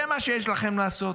זה מה שיש לכם לעשות?